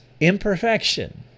imperfection